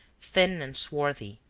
thin and swarthy,